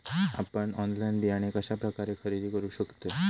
आपन ऑनलाइन बियाणे कश्या प्रकारे खरेदी करू शकतय?